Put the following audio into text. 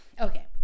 okay